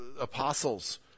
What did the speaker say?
apostles